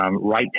right